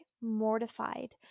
mortified